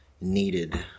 needed